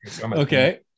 Okay